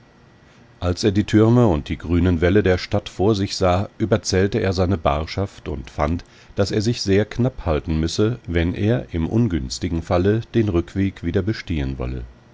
als er die türme und die grünen wälle der stadt vor sich sah überzählte er seine barschaft und fand daß er sich sehr knapp halten müsse wenn er im ungünstigen falle den rückweg wieder bestehen wolle